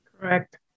Correct